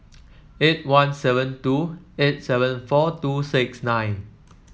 eight one seven two eight seven four two six nine